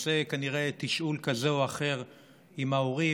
עושה כנראה תשאול כזה או אחר עם ההורים,